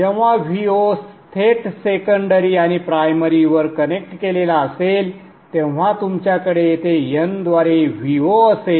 जेव्हा Vo थेट secondary आणि प्रायमरीवर कनेक्ट केलेला असेल तेव्हा तुमच्याकडे येथे n द्वारे Vo असेल